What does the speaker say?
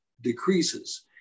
decreases